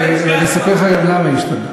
ואני אספר לך גם למה השתנה.